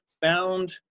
found